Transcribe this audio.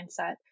mindset